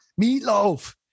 meatloaf